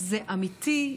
זה אמיתי,